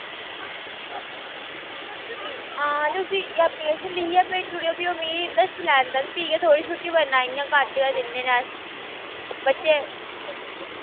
हां तुसी एप्लीकेशन लिखियै भेजूड़ेओ फ्ही ओह् मिगी दस्सी लैन ते फ्ही गै थ्होनी छुट्टी वर्ना इ'यां घट गै दिन्ने होन्ने अस बच्चे